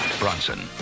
Bronson